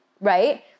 right